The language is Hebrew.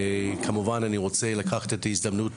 כמובן שאני רוצה לקחת את ההזדמנות